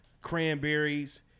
Cranberries